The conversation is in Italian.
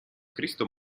cristo